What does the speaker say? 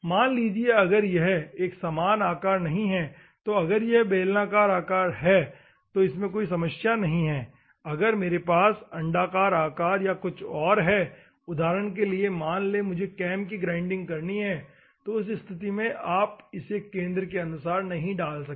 मान लीजिए कि अगर यह एक समान आकार नहीं है तो अगर यह एक बेलनाकार आकार है तो इसमें कोई समस्या नहीं है अगर मेरे पास अंडाकार आकार या कुछ और है उदहारण के लिए मान लें कि मुझे कैम की ग्राइंडिंग करनी है उस स्थिति में आप इसे केंद्र के अनुसार नहीं डाल सकते